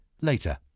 later